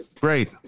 Great